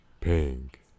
Pink